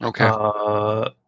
Okay